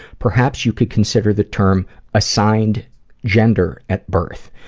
perhaps you could consider the term assigned gender at birth,